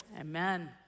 amen